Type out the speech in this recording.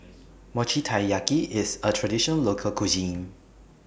Mochi Taiyaki IS A Traditional Local Cuisine